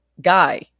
guy